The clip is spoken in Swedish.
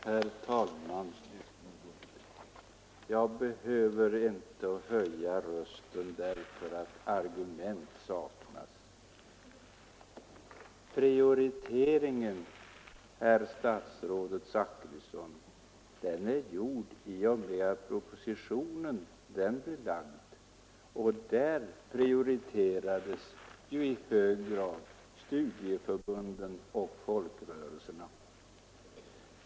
Herr talman! Jag behöver inte höja rösten för att jag saknar argument. Prioriteringen, herr statsrådet Zachrisson, är gjord i och med utarbetandet av propositionen; däri prioriteras i hög grad studieförbund och folkrörelser.